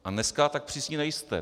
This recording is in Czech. A dneska tak přísní nejste.